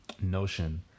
notion